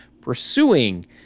pursuing